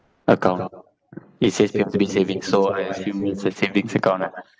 account it says P_O_S_B savings so I assume it's a savings account ah